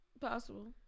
Possible